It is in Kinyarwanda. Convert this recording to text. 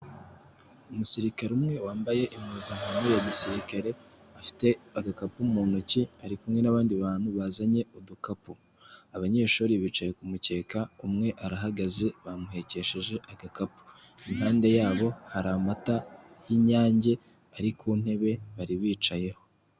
Umusirikare umwe wambaye impuzankano ya gisirikare afite agakapu mu ntoki, ari kumwe n'abandi bantu bazanye udukapu. Abanyeshuri bicaye ku mukeka, umwe arahagaze bamuhekesheje agakapu. Impande yabo hari amata y'inyange ari ku ntebe bari bicayeho.